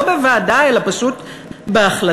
לא בוועדה אלא פשוט בהחלטה,